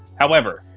however,